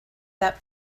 that